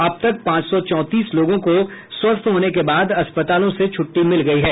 अब तक पांच सौ चौंतीस लोगों को स्वस्थ होने के बाद अस्पताल से छुट्टी दे दी गयी है